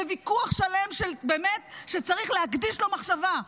זה ויכוח שלם שבאמת צריך להקדיש לו מחשבה.